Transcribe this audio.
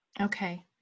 Okay